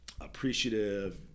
appreciative